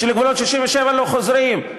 שלגבולות 67' לא חוזרים.